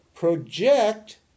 Project